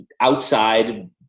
outside